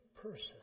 person